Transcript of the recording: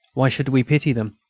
why should we pity them?